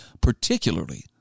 particularly